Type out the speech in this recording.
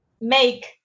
make